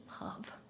love